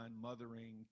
mothering